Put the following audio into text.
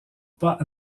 pas